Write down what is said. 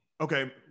okay